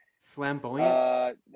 Flamboyant